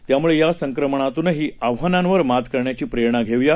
त्यामुळेयासंक्रमणातूनहीआव्हांनांवरमातकरण्याचीप्रेरणाघेऊया